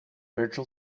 virtual